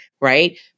right